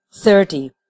thirty